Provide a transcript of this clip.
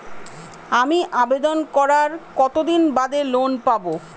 আমি আবেদন করার কতদিন বাদে লোন পাব?